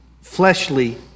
fleshly